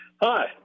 hi